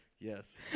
Yes